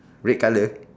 red colour